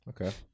Okay